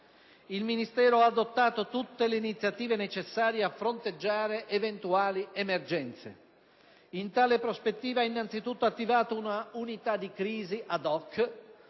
Il Ministero ha adottato tutte le iniziative necessarie a fronteggiare eventuali emergenze. In tale prospettiva ha innanzitutto attivato un'unità di crisi *ad hoc*,